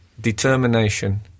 Determination